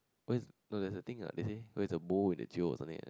where's no there is a thing that they say where's the bowl in the jail or something like that